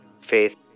faith